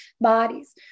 bodies